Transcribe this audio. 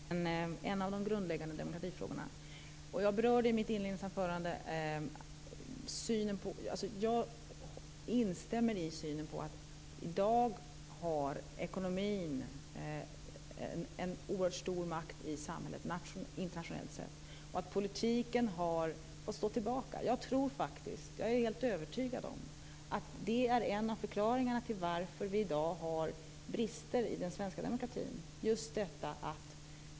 Fru talman! Lars Bäckström tar upp en av de grundläggande demokratifrågorna. Jag berörde i mitt inledningsanförande, och jag instämmer i, synen att ekonomin i dag har en oerhört stor makt i samhället internationellt sett. Politiken har fått stå tillbaka. Jag är faktiskt helt övertygad om att det är en av förklaringarna till att vi i dag har brister i den svenska demokratin.